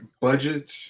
budgets